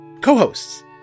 Co-hosts